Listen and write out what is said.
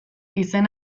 izen